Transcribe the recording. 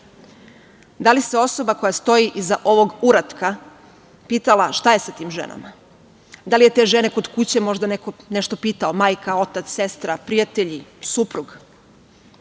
Da li se osoba koja stoji iza ovog uratka pitala šta je sa tim ženama? Da li je te žene kod kuće možda neko nešto pitao, majka, otac, sestra, prijatelji, suprug?